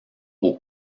aux